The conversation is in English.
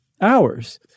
Hours